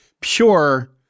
pure